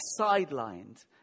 sidelined